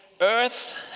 earth